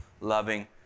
loving